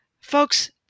folks